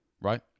right